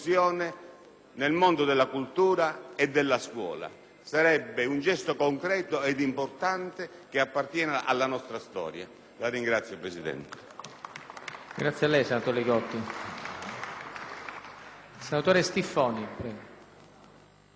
nel mondo della cultura e della scuola. Sarebbe un gesto concreto ed importante, che appartiene alla nostra storia. *(Applausi